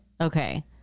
Okay